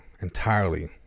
entirely